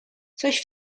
coś